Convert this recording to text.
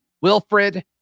Wilfred